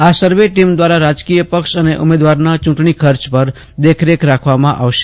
આ સર્વે ટીમ દ્વારા રાજકીય પક્ષ અને ઉમેદવારના ચૂંટણી ખર્ચ પર દેખરેખ રાખવામાં આવશે